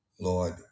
Lord